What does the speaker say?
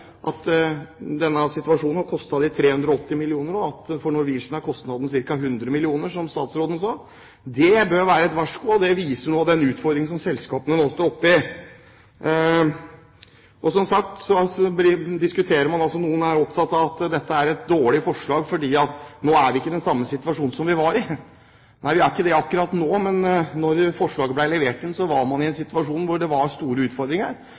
at denne situasjonen, som statsråden sa, har kostet SAS 380 mill. kr og at for Norwegian er kostnaden ca. 100 mill. kr. Det bør være et varsko, og det viser den utfordringen som selskapene nå står overfor. Noen er opptatt av at dette er et dårlig forslag fordi man ikke lenger er i den samme situasjonen som vi var i. Nei, vi er ikke det akkurat nå, men da forslaget ble levert inn, var man i en situasjon der det var store utfordringer.